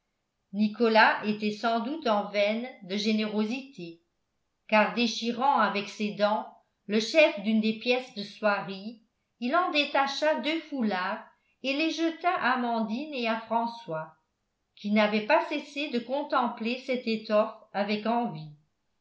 nicolas était sans doute en veine de générosité car déchirant avec ses dents le chef d'une des pièces de soierie il en détacha deux foulards et les jeta à amandine et à françois qui n'avaient pas cessé de contempler cette étoffe avec envie